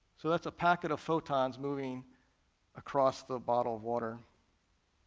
so that's a packet of photons moving across the bottle of water.